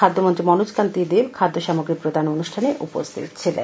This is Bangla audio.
খাদ্যমন্ত্রী মনোজকান্তি দেব খাদ্য সামগ্রী প্রদান অনুষ্ঠানে উপস্হিত ছিলেন